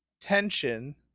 tension